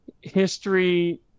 history